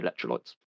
electrolytes